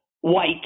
white